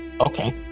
okay